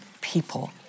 people